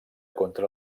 contra